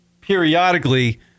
periodically